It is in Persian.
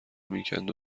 میکند